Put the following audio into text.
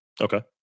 Okay